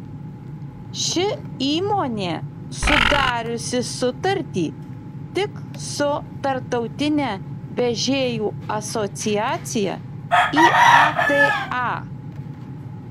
ši įmonė sudariusi sutartį tik su tarptautine vežėjų asociacija iata